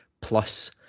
plus